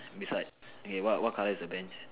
beside okay what what color is the Bench